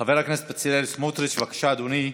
חבר הכנסת בצלאל סמוטריץ', בבקשה, אדוני.